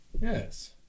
Yes